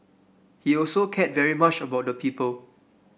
he also cared very much about the people